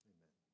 Amen